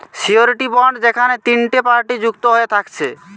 surety bond যেখেনে তিনটে party যুক্ত হয়ে থাকছে